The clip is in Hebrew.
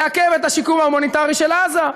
לעכב את השיקום ההומניטרי של עזה,